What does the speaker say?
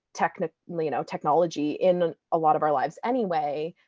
technology like you know technology in a lot of our lives anyway,